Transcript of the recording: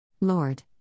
Lord